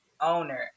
owner